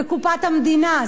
בקופת המדינה.